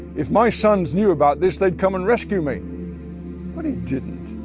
if my sons knew about this they'd come and rescue me but he didn't.